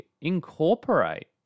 incorporate